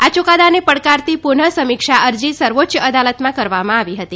આ યૂકાદાને પડકારતી પુનઃ સમીક્ષા અરજી સર્વોચ્ય અદાલતમાં કરવામાં આવી હતી